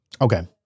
Okay